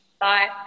Bye